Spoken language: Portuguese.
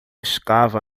escava